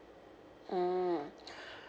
mm